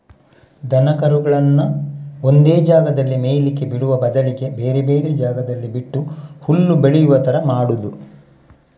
ದನ ಕರುಗಳನ್ನ ಒಂದೇ ಜಾಗದಲ್ಲಿ ಮೇಯ್ಲಿಕ್ಕೆ ಬಿಡುವ ಬದಲಿಗೆ ಬೇರೆ ಬೇರೆ ಜಾಗದಲ್ಲಿ ಬಿಟ್ಟು ಹುಲ್ಲು ಬೆಳೆಯುವ ತರ ಮಾಡುದು